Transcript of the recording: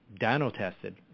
dyno-tested